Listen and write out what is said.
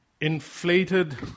inflated